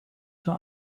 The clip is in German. zur